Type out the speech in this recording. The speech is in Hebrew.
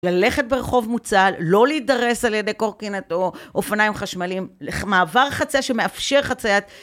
ללכת ברחוב מוצל, לא להידרס על ידי קורקינט או אופניים חשמליים, מעבר חצייה שמאפשר חציית.